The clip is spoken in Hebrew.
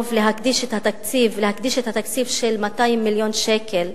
להקדיש את התקציב של 200 מיליון שקל,